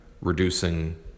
reducing